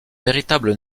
véritable